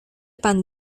pan